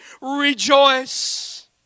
rejoice